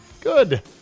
Good